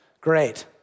Great